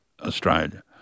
Australia